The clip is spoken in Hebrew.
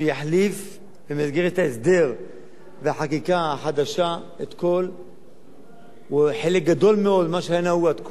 שיחליף במסגרת ההסדר והחקיקה החדשה חלק גדול מאוד ממה שהיה נהוג עד כה.